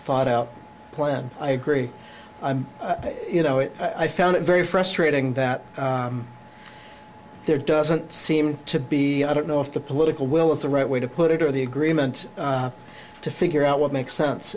thought out plan i agree i'm you know it i found it very frustrating that there doesn't seem to be i don't know if the political will is the right way to put it or the agreement to figure out what makes sense